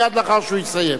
מייד לאחר שהוא יסיים.